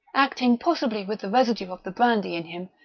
acting possibly with the residue of the brandy in him,